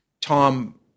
Tom